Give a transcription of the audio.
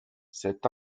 cet